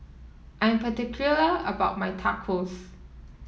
I am particular about my Tacos